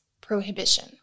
prohibition